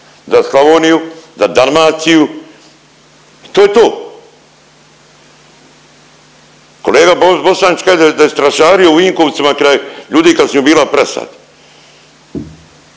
za Slavoniju, za Dalmaciju, to je to. Kolega Bosančić kaže da je stražario u Vinkovcima kraj ljudi kad su im ubijali prasad,